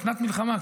שנת מלחמה,